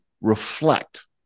reflect